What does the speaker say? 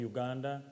Uganda